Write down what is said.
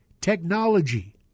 technology